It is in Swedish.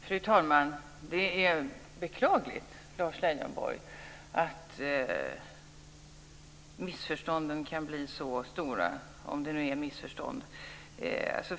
Fru talman! Det är beklagligt, Lars Leijonborg, att missförstånden kan bli så stora, om det nu är missförstånd.